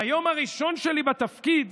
ביום הראשון שלי בתפקיד,